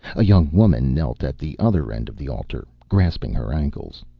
a young woman knelt at the other end of the altar, grasping her ankles.